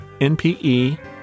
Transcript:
npe